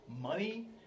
money